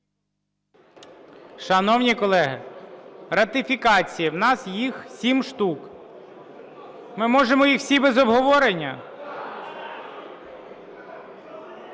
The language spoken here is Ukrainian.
Шановні колеги, ратифікації, у нас їх сім штук. Ми можемо їх всі без обговорення?